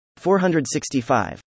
465